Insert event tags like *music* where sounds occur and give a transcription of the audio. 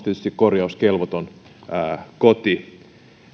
*unintelligible* tietysti korjauskelvoton koti